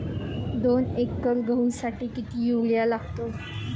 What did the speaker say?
दोन एकर गहूसाठी किती युरिया लागतो?